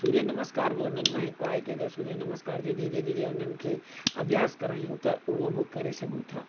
सूर्य नमस्कार बि उन्हनि मां हिकु आहे कि सूर्य नमस्कार जो धीरे धीरे उन्हनि खे अभ्यास करायूं त उहो बि करे सघूं था